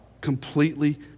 completely